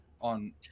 on